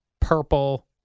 purple